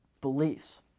beliefs